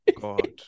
God